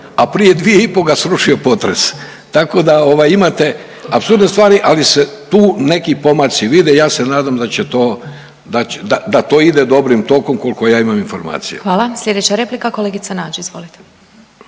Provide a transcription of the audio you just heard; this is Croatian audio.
a prije 2 i pol ga srušio potres, tako da imate apsurdne stvari, ali se tu neki pomaci vide i ja se nadam da to ide dobrim tokom koliko ja imam informacija. **Glasovac, Sabina (SDP)** Hvala. Sljedeća replika kolegica Nađ, izvolite.